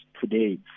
today